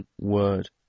word